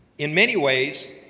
in many ways,